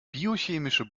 biochemische